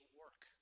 work